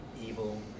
evil